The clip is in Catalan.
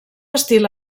estil